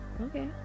Okay